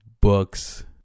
books